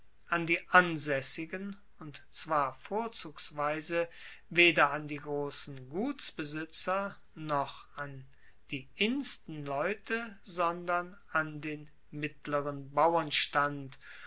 an die ansaessigen und zwar vorzugsweise weder an die grossen gutsbesitzer noch an die instenleute sondern an den mittleren bauernstand